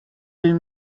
deux